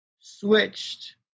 switched